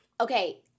Okay